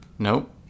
Nope